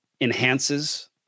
enhances